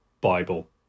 Bible